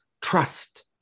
trust